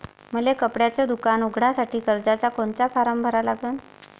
मले कपड्याच दुकान उघडासाठी कर्जाचा कोनचा फारम भरा लागन?